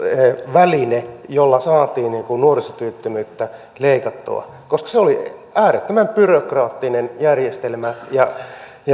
väline jolla saatiin nuorisotyöttömyyttä leikattua koska se oli äärettömän byrokraattinen järjestelmä